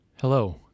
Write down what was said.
hello